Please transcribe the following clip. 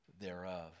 thereof